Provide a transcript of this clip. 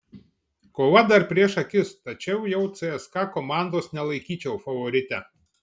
kova dar prieš akis tačiau jau cska komandos nelaikyčiau favorite